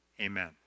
Amen